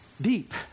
deep